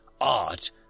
art